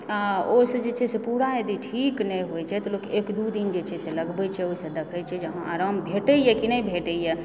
आ ओहिसँ जे छै से पूरा यदि ठीक नहि होइत छै तऽ लोक एक दू दिन जे छै से लगबै छै ओहिसँ देखै छै जे हँ आराम भेटैया कि नहि भेटैया